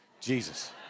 Jesus